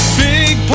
big